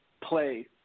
play